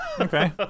Okay